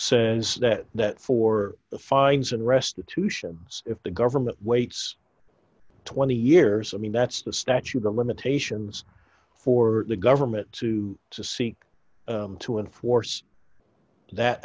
says that for the fines and restitution if the government waits twenty years i mean that's the statute of limitations for the government to to seek to enforce that